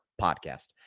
podcast